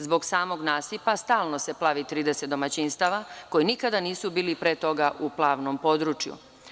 Zbog samog nasipa stalno se plavi 30 domaćinstava koji nikada nisu bili pre toga u plavnom području.